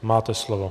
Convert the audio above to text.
Máte slovo.